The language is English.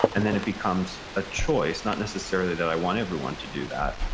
and then it becomes a choice, not necessarily that i want everyone to do that.